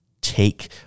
take